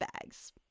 bags